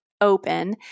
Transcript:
open